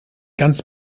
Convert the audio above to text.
ganz